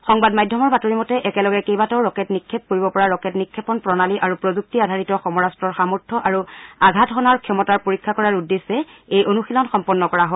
সংবাদ মাধ্যমৰ বাতৰি মতে একেলগে কেইবাটাও ৰকেট নিক্ষেপ কৰিব পৰা ৰকেট নিক্ষেপণ প্ৰণালী আৰু প্ৰযুক্তি আধাৰিত সমৰাস্তৰ সামৰ্থ আৰু আঘাত হানাৰ ক্ষমতাৰ পৰীক্ষা কৰাৰ উদ্দেশ্যে এই অনুশীলন সম্পন্ন কৰা হয়